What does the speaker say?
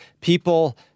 people